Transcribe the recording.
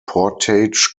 portage